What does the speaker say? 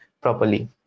properly